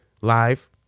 live